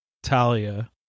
Talia